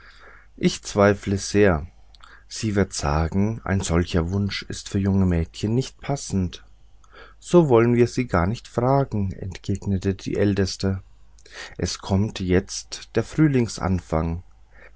ich zweifle sehr sie wird sagen ein solcher wunsch ist für junge mädchen nicht passend so wollen wir sie gar nicht fragen entgegnete die älteste es kommt jetzt der frühlingsanfang